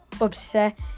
upset